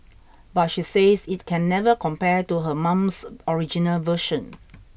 but she says it can never compare to her mom's original version